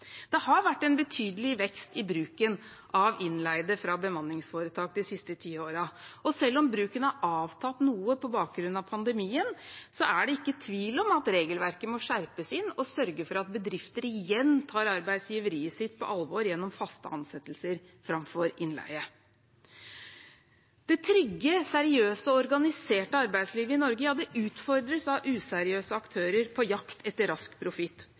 Det har vært en betydelig vekst i bruken av innleide fra bemanningsforetak de siste ti årene, og selv om bruken har avtatt noe på bakgrunn av pandemien, er det ikke tvil om at regelverket må skjerpes inn og sørge for at bedrifter igjen tar arbeidsgiveriet sitt på alvor gjennom faste ansettelser framfor innleie. Det trygge, seriøse og organiserte arbeidslivet i Norge utfordres av useriøse aktører på jakt etter rask profitt,